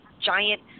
giant